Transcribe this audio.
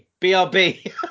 BRB